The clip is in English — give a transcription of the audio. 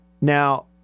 Now